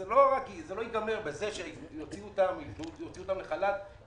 זה לא ייגמר בזה שיוציאו אותם לחל"ת.